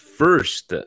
first